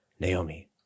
Naomi